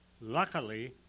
luckily